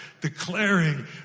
declaring